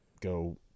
go